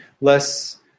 less